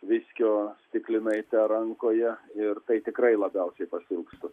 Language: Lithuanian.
viskio stiklinaite rankoje ir tai tikrai labiausiai pasiilgstu